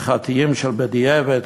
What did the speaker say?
הלכתיים של בדיעבד,